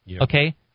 Okay